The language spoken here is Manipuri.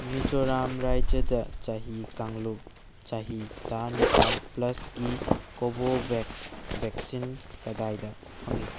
ꯃꯤꯖꯣꯔꯥꯝ ꯔꯥꯖ꯭ꯌꯗ ꯆꯍꯤ ꯀꯥꯡꯂꯨꯞ ꯆꯍꯤ ꯇꯔꯥꯅꯤꯄꯥꯜ ꯄ꯭ꯂꯁꯀꯤ ꯀꯣꯚꯣꯚꯦꯛꯁ ꯚꯦꯛꯁꯤꯟ ꯀꯗꯥꯏꯗ ꯐꯪꯏ